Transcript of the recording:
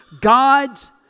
God's